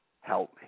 Help